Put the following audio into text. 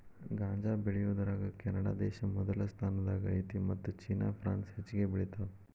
ಗಾಂಜಾ ಬೆಳಿಯುದರಾಗ ಕೆನಡಾದೇಶಾ ಮೊದಲ ಸ್ಥಾನದಾಗ ಐತಿ ಮತ್ತ ಚೇನಾ ಪ್ರಾನ್ಸ್ ಹೆಚಗಿ ಬೆಳಿತಾವ